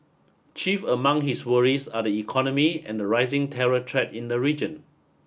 chief among his worries are the economy and the rising terror threat in the region